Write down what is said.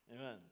Amen